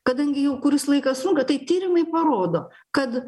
kadangi jau kuris laikas trunka tai tyrimai parodo kad